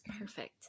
Perfect